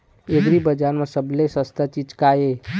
एग्रीबजार म सबले सस्ता चीज का ये?